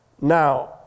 Now